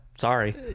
sorry